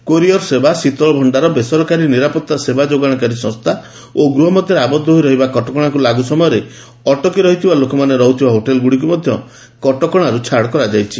courier ସେବା ଶୀତଳ ଭଣ୍ଡାର ବେସରକାରୀ ନିରାପତ୍ତା ସେବା ଯୋଗାଣକାରୀ ସଂସ୍ଥା ଓ ଗୃହ ମଧ୍ୟରେ ଆବଦ୍ଧ ହୋଇ ରହିବା କଟକଣା ଲାଗୁ ସମୟରେ ଅଟକି ରହିଥିବା ଲୋକମାନେ ରହୁଥିବା ହୋଟେଲ୍ଗୁଡ଼ିକୁ ମଧ୍ୟ କଟକଶାରୁ ଛାଡ଼ କରାଯାଇଛି